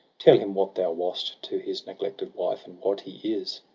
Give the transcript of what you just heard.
tell him what thou wast to his neglected wife, and what he is,